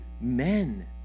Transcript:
men